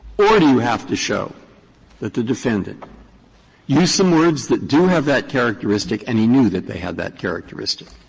or do you have to show that the defendant used some words that do have that characteristic and he knew that they had that characteristic?